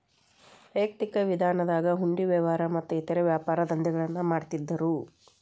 ವೈಯಕ್ತಿಕ ವಿಧಾನದಾಗ ಹುಂಡಿ ವ್ಯವಹಾರ ಮತ್ತ ಇತರೇ ವ್ಯಾಪಾರದಂಧೆಗಳನ್ನ ಮಾಡ್ತಿದ್ದರು